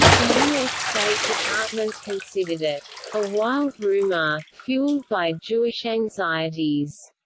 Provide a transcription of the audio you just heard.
the us state department considered it a wild rumor, fueled by jewish anxieties,